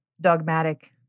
dogmatic